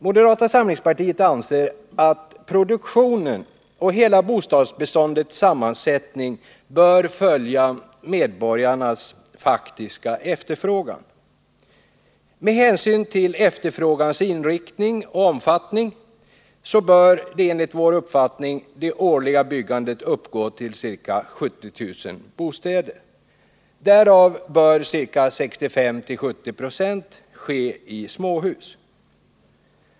Moderata samlingspartiet anser att produktionen och hela bostadsbeståndets sammansättning bör följa medborgarnas faktiska efterfrågan. Med hänsyn till efterfrågans inriktning och omfattning bör enligt vår uppfattning det årliga byggandet uppgå till ca 70 000 bostäder, varav 65-70 96 i småhus.